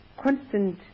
constant